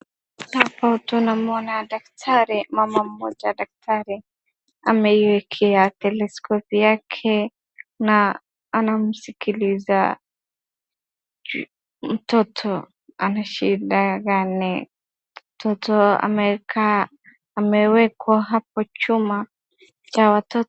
Hapa tunamwona daktari mama mmoja daktari ameiekea teleskopu yake na anamskiliza mtoto ana shida gani , mtoto amewekwa hapo chumba cha watoto.